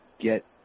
get